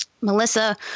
Melissa